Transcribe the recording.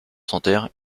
santerre